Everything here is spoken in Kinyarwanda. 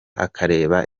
akareba